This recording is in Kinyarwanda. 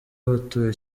batuye